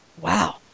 wow